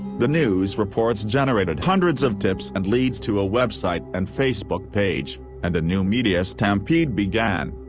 the news reports generated hundreds of tips and leads to a website and facebook page, and a new media stampede began.